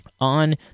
On